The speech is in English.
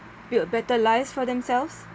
build better lives for themselves